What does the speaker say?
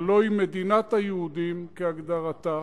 הלוא היא מדינת היהודים כהגדרתה,